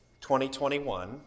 2021